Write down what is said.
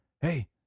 hey